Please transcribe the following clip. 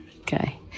okay